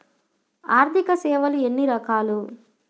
ఆర్థిక సేవలు ఎన్ని రకాలు?